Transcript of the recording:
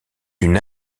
une